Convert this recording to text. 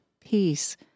peace